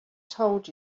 told